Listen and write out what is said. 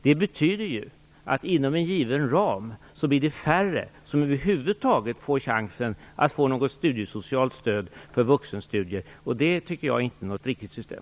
Det betyder ju att inom en given ram blir det färre som över huvud taget får chansen att få något studiesocialt stöd för vuxenstudier. Jag tycker inte att det är ett riktigt system.